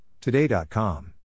today.com